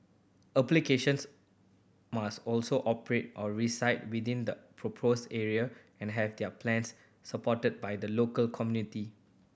applications must also operate or reside within the proposed area and have their plans supported by the local community